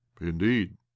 Indeed